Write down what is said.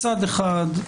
מצד אחד,